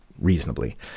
Reasonably